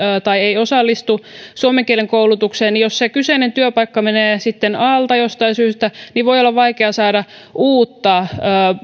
tai ei osallistu suomen kielen koulutukseen niin jos se kyseinen työpaikka menee sitten alta jostain syystä niin voi olla vaikeaa saada uutta